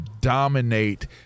dominate